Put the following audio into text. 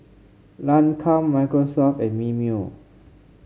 Lancome Microsoft and Mimeo